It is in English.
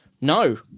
no